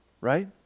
right